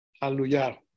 Hallelujah